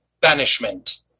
banishment